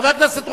חבר הכנסת רותם,